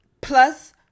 plus